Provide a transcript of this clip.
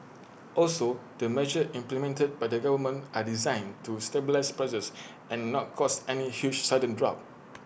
also the measures implemented by the government are designed to stabilise prices and not cause any huge sudden drop